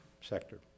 sector